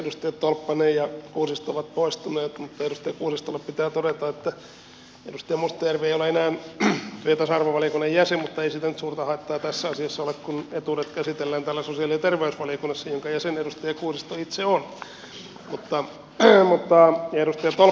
edustajat tolppanen ja kuusisto ovat poistuneet mutta edustaja kuusistolle pitää todeta että edustaja mustajärvi ei ole enää työ ja tasa arvovaliokunnan jäsen mutta ei siitä nyt suurta haittaa tässä asiassa ole kun etuudet käsitellään täällä sosiaali ja terveysvaliokunnassa jonka jäsen edustaja kuusisto itse on